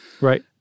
Right